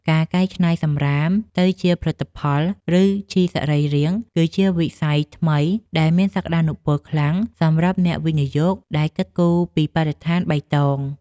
ការកែច្នៃសំរាមទៅជាផលិតផល ឬជីសរីរាង្គគឺជាវិស័យថ្មីដែលមានសក្តានុពលខ្លាំងសម្រាប់អ្នកវិនិយោគដែលគិតគូរពីបរិស្ថានបៃតង។